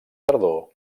tardor